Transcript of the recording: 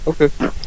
Okay